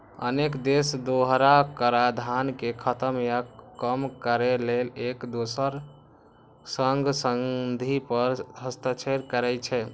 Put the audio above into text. अनेक देश दोहरा कराधान कें खत्म या कम करै लेल एक दोसरक संग संधि पर हस्ताक्षर करै छै